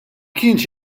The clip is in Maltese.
kienx